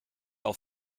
auf